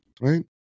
right